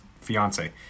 fiance